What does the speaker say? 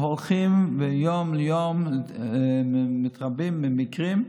מיום ליום מתרבים המקרים,